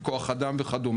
כוח אדם וכד'.